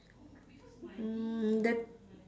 mm the